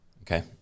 okay